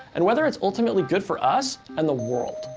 and whether it's ultimately good for us and the world.